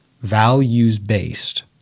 values-based